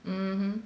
mmhmm